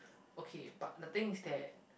okay but the thing is that